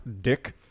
Dick